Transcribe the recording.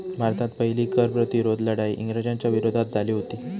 भारतात पहिली कर प्रतिरोध लढाई इंग्रजांच्या विरोधात झाली हुती